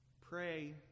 pray